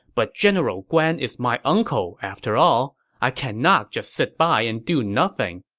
but general guan is my uncle after all i cannot just sit by and do nothing.